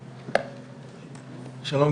שלום,